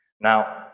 Now